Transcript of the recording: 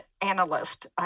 analyst